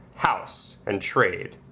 house and trade.